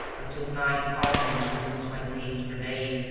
until night caused me to lose my taste for day,